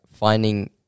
Finding